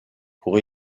pour